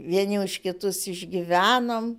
vieni už kitus išgyvenom